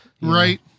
right